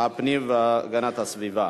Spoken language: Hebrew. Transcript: הפנים והגנת הסביבה